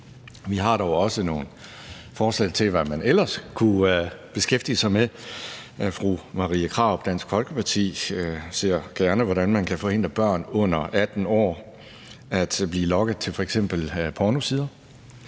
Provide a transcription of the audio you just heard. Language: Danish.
Vi har dog også nogle forslag til, hvad man ellers kunne beskæftige sig med. Fru Marie Krarup, Dansk Folkeparti, ser gerne, hvordan man kan forhindre børn under 18 år i at blive lokket til f.eks. pornosider,